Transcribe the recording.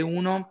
uno